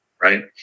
right